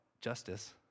justice